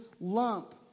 lump